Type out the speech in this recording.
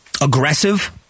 aggressive